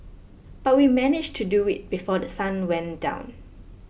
but we managed to do it before The Sun went down